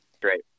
Great